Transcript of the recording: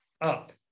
up